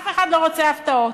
אף אחד לא רוצה הפתעות.